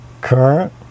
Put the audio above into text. Current